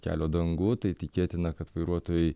kelio dangų tai tikėtina kad vairuotojai